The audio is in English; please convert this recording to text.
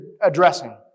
addressing